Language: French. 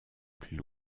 plus